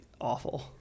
awful